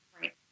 right